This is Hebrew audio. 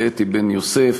לאתי בן-יוסף,